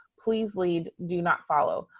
please lead, do not follow.